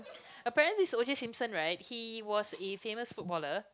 apparently OJ-Simpson right he was a famous footballer